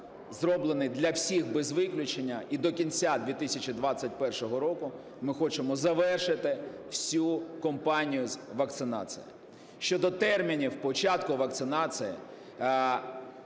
зроблений для всіх без виключення, і до кінця 2021 року ми хочемо завершити всю компанію з вакцинації. Щодо термінів початку вакцинації,